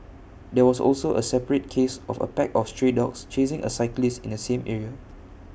there was also A separate case of A pack of stray dogs chasing A cyclist in the same area